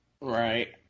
Right